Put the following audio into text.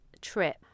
trip